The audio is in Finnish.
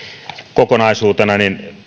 kokonaisuutena